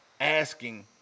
asking